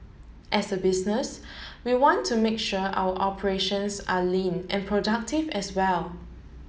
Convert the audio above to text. as a business we want to make sure our operations are lean and productive as well